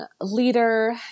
leader